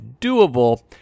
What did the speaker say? doable